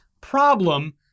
problem